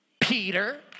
Peter